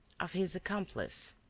of his accomplice?